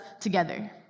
together